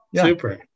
super